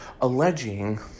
alleging